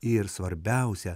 ir svarbiausia